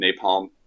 napalm